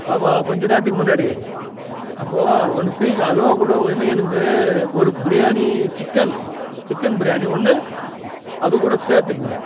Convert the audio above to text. ஆமாம் கொஞ்ச நேரத்துக்கு முன்னாடி அப்போ ஒன்று செய்யுங்க அதுவோ கூட இன்னும் எனக்கு ஒரு பிரியாணி சிக்கன் சிக்கன் பிரியாணி ஒன்று அது கூட சேர்த்துக்குங்க